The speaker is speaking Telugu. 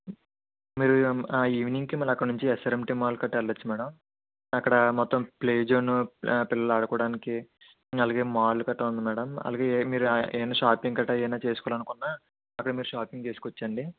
మీరు ఈవినింగ్ అక్కడినుంచి ఎస్ఆర్ఎమ్టి మాల్ కట్టా వెళ్ళొచ్చు మేడం అక్కడ మొత్తం ప్లే జోను పిల్లలు ఆడుకోవడానికి అలగే మాల్ కట్టా ఉంది మేడం అలగే మీరు ఏమన్నా షాపింగ్ కట్టా ఏమన్నా చేసుకోవాలనుకున్నా అక్కడ మీరు షాపింగ్ చేసుకోచ్చండి